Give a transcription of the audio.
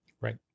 Right